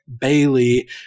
Bailey